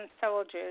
soldiers